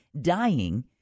dying